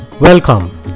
Welcome